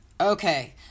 Okay